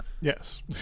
yes